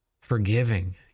forgiving